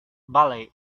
valley